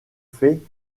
fait